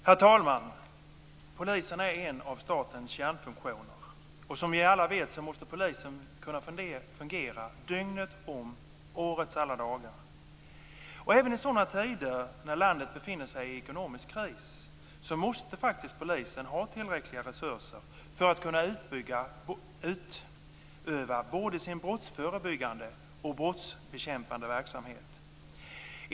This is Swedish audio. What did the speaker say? Herr talman! Polisen är en av statens kärnfunktioner. Som vi alla vet måste polisen kunna fungera dygnet runt årets alla dagar. Även i sådan tider då landet befinner sig i ekonomisk kris måste faktiskt polisen ha tillräckliga resurser för att kunna utöva både sin brottsförebyggande och brottsbekämpande verksamhet.